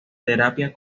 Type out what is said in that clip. terapia